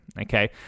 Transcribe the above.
okay